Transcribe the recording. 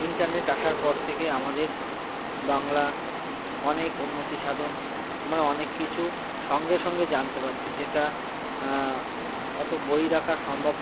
internet আসার পর থেকে আমাদের বাংলা অনেক উন্নতি সাধন আমরা অনেক কিছু সঙ্গে সঙ্গে জানতে পাচ্ছি যেটা অত বই রাখা সম্ভব